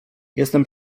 jestem